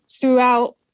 throughout